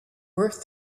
worth